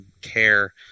care